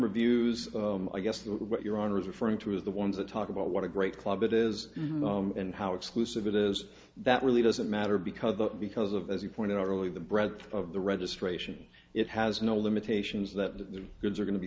reviews i guess that what your honor is referring to is the ones that talk about what a great club it is and how exclusive it is that really doesn't matter because the because of as you point out really the breadth of the registration it has no limitations that the goods are going to be